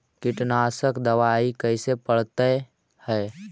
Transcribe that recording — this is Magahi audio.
कीटनाशक दबाइ कैसे पड़तै है?